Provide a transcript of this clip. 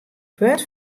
punt